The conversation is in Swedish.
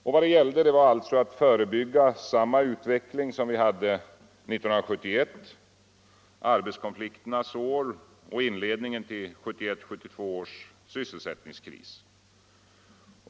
Vad det gällde var alltså att förebygga samma utveckling som vi hade 1971: arbetskonflikternas år och inledningen till 1971/72 års sysselsättningskris.